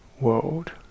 world